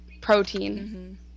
protein